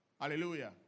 Hallelujah